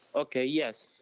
okay, yes.